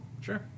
Sure